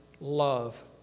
love